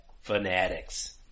Fanatics